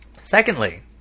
Secondly